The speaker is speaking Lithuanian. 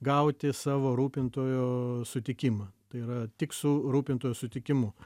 gauti savo rūpintojo sutikimą tai yra tik su rūpintojo sutikimu